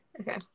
Okay